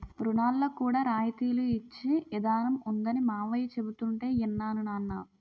రుణాల్లో కూడా రాయితీలు ఇచ్చే ఇదానం ఉందనీ మావయ్య చెబుతుంటే యిన్నాను నాన్నా